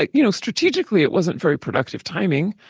like you know, strategically, it wasn't very productive timing.